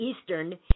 Eastern